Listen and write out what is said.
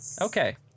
Okay